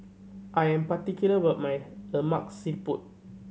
I am particular about my Lemak Siput